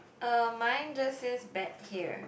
uh mine just says bet here